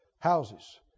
houses